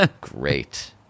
great